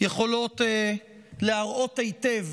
יכולות להראות היטב